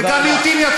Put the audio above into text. הטילים.